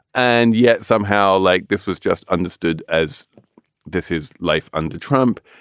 and yet somehow, like this was just understood as this is life under trump.